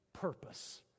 purpose